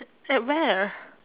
at where